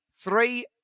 three